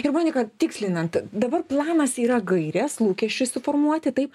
ir monika tikslinant dabar planas yra gaires lūkesčius suformuoti taip